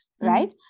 right